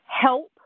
help